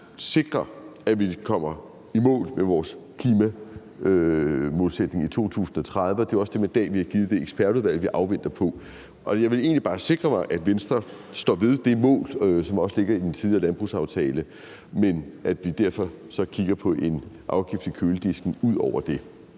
sikre, at vi kommer i mål med vores klimamålsætning i 2030. Det er jo også det mandat, vi har givet det ekspertudvalg, vi venter på. Jeg vil egentlig bare sikre mig, at Venstre står ved det mål, som også ligger i den tidligere landbrugsaftale, men at vi derfor så kigger på en afgift i køledisken ud over det.